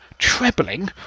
trebling